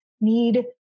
need